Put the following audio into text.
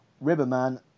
riverman